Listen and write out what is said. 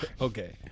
Okay